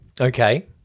Okay